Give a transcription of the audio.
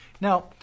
Now